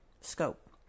scope